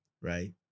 right